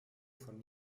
von